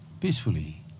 peacefully